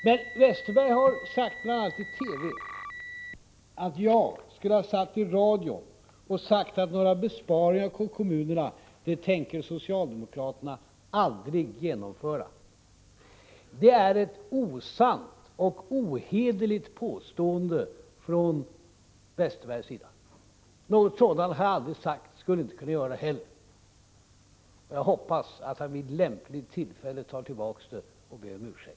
Men Westerberg har sagt, bl.a. i TV, att jag skulle ha sagt i radio att någon besparing vad det gäller kommunerna tänker socialdemokraterna aldrig genomföra. Det är ett osant och ohederligt påstående från Westerbergs sida. Något sådant har jag aldrig sagt och skulle inte kunna göra heller. Jag hoppas att han vid lämpligt tillfälle tar tillbaka det och ber om ursäkt.